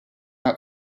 out